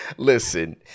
Listen